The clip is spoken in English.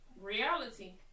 Reality